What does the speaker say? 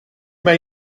may